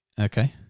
Okay